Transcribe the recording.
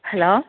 hello